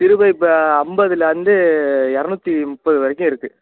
திருபைப்பு ஐம்பதுலருந்து இரநூத்தி முப்பது வரைக்கும் இருக்குது